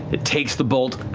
it takes the bolt